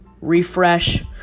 refresh